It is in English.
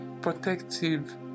protective